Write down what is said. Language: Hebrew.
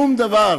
שום דבר.